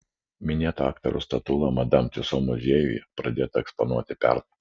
minėto aktoriaus statula madam tiuso muziejuje pradėta eksponuoti pernai